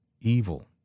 evil